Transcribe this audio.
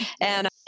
And-